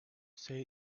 say